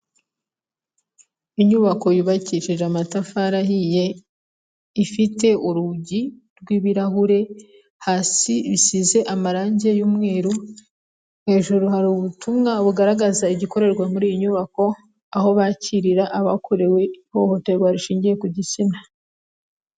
Inyubako yubakishije amatafari ahiye, ifite urugi rw'ibirahure hasi rusize amarangi y'umweru. Hejuru hari ubutumwa bugaragaza igiko gikrerwa muri iyi nyubako, aho bakirira abakorewe ihohoterwa rishingiye ku gitsina.